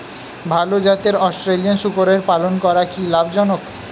ভাল জাতের অস্ট্রেলিয়ান শূকরের পালন করা কী লাভ জনক?